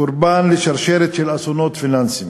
קורבן לשרשרת של אסונות פיננסיים